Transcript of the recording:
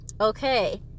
okay